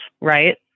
right